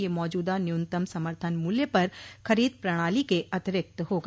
यह मौजूदा न्यूनतम समर्थन मूल्य पर खरीद प्रणाली के अतिरिक्त होगा